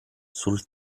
sul